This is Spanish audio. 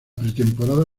pretemporada